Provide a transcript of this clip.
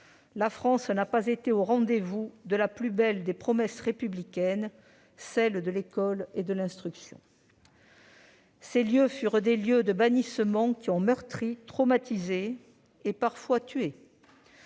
La France n'a pas été au rendez-vous de la plus belle des promesses républicaines, celle de l'école et de l'instruction. Ces lieux de bannissement ont meurtri, traumatisé et, parfois, tué.